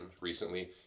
recently